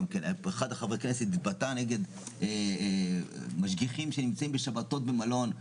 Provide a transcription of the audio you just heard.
אחד מחברי הכנסת התבטא נגד משגיחים שנמצאים בשבתות במלון.